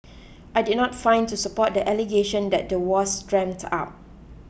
I did not find to support the allegation that the was dreamt up